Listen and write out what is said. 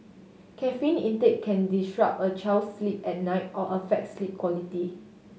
caffeine intake can disrupt a child's sleep at night or affect sleep quality